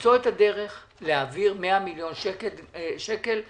למצוא את הדרך להעביר 100 מיליון שקל כדי